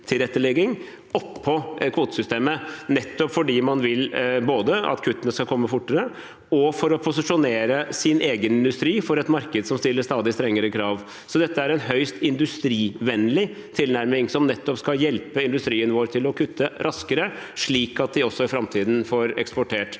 oppå kvotesystemet fordi man vil både at kuttene skal komme fortere, og posisjonere sin egen industri overfor et marked som stiller stadig strengere krav. Så dette er en høyst industrivennlig tilnærming, som skal hjelpe industrien vår til å kutte raskere, slik at de også i framtiden får eksportert.